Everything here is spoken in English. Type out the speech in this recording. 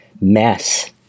mess